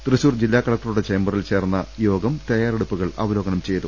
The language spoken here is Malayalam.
തൃശൂർ ജില്ലാ കലക്ടറുടെ ചേംബറിൽ ചേർന്ന യോഗം തയ്യാറെടുപ്പുകൾ അവലോകനം ചെയ്തു